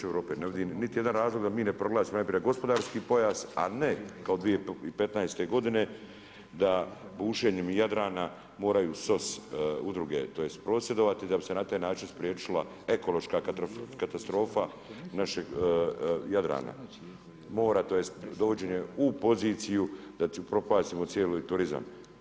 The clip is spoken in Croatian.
Prema tome ne vidim niti jedan razlog da mi ne proglasimo, najprije gospodarski pojas, a ne kao 2015. godine da bušenjem Jadrana moraju u sos udruge, tj. prosvjedovati, da bi se na taj način spriječila ekološka katastrofa našeg Jadrana, mora, tj. dovođenje u poziciju da si upropastimo cijeli turizam.